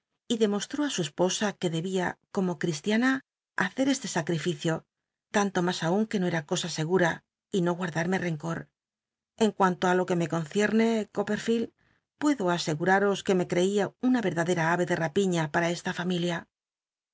y demostró i su esposa que debía como cristiana hacer este sacrificio tanto mas que aun no ern cosa segura y no guardarme rencor en cuanto lo que me concierne copperlield puedo a egutatos r ue me cein una ycrdadcra ave de rapiiía para esta fami